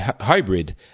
hybrid